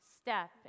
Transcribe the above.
step